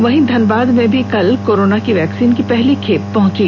वहीं धनबाद में भी कल कोरोना की वैक्सीन की पहली खेप पहुंच गयी